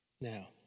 Now